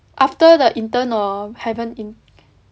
after the intern or haven't in~